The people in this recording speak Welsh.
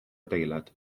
adeilad